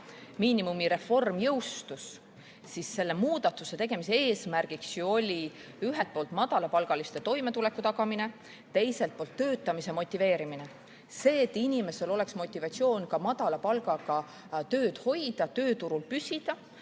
miinimumi reform jõustus, siis selle muudatuse tegemise eesmärk ühelt poolt oli madalapalgaliste toimetuleku tagamine, teiselt poolt töötamise motiveerimine. See, et inimestel oleks motivatsioon ka madala palgaga tööd hoida ja tööturul püsida